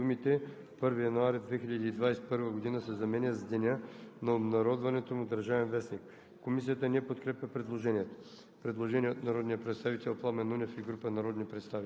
„Сегашният § 6 относно влизането в сила на закона става § 11, като в него думите „1 януари 2021 г.“ се заменят с „деня на обнародването му в „Държавен вестник“.“